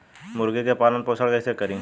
मुर्गी के पालन पोषण कैसे करी?